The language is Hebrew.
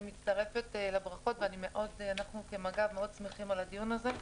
אני מצטרפת לברכות ואנחנו כמג"ב שמחים מאוד על הדיון הזה.